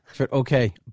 okay